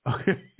Okay